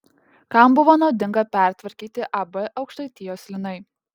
kam buvo naudinga pertvarkyti ab aukštaitijos linai